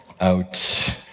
out